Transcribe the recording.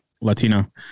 Latino